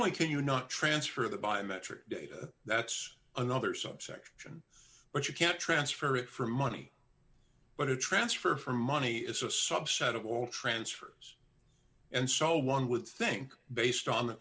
only can you not transfer the biometric data that's another subsection but you can't transfer it for money but a transfer for money is a subset of all transfers and so one would think based on the